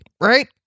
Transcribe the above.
right